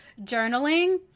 journaling